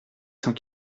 cent